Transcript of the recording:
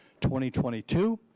2022